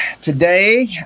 Today